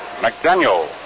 McDaniel